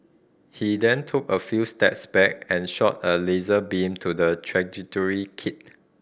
he then took a few steps back and shot a laser beam to the trajectory kit